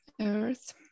earth